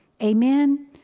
Amen